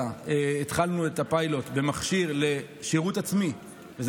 התחלנו את הפיילוט במכשיר לשירות עצמי כבר בקריית אתא,